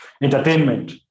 Entertainment